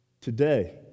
Today